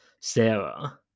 Sarah